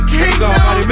kingdom